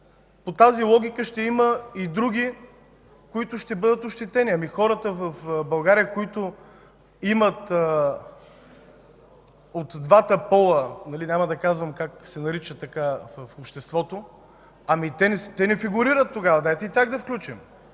по тази логика ще има и други, които ще бъдат ощетени. Ами хората в България, които имат от двата пола – няма да казвам как се наричат в обществото, те не фигурират. Дайте и тях да включим.